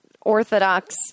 orthodox